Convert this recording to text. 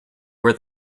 where